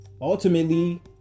ultimately